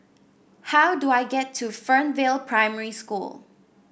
how do I get to Fernvale Primary School